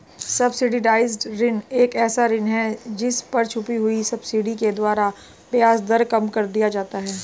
subsidised ऋण एक ऐसा ऋण है जिस पर छुपी हुई सब्सिडी के द्वारा ब्याज दर कम कर दिया जाता है